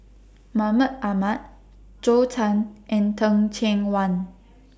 Mahmud Ahmad Zhou Can and Teh Cheang Wan